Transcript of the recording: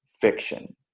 fiction